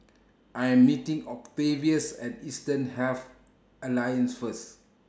I Am meeting Octavius At Eastern Health Alliance First